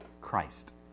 Christ